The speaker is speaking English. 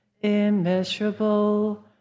immeasurable